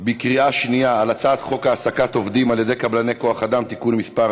בקריאה שנייה על הצעת חוק העסקת עובדים על ידי קבלני כוח אדם (תיקון מס'